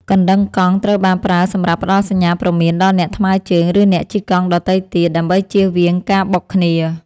កណ្ដឹងកង់ត្រូវបានប្រើសម្រាប់ផ្ដល់សញ្ញាព្រមានដល់អ្នកថ្មើរជើង ឬអ្នកជិះកង់ដទៃទៀត ដើម្បីជៀសវាងការបុកគ្នា។